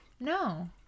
no